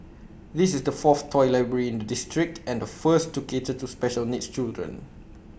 this is the fourth toy library in the district and the first to cater to special needs children